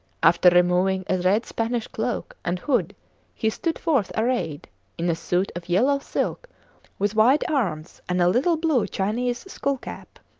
after removing a red spanish cloak and hood he stood forth arrayed in a suit of yellow silk with wide arms and a little blue chinese skull-cap.